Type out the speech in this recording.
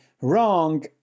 wrong